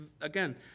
again